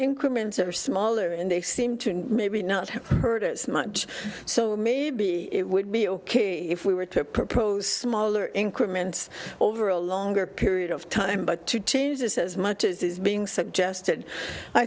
incremental are smaller and they seem to maybe not have heard as much so maybe it would be ok if we were to propose smaller increments over a longer period of time but to change this as much as is being suggested i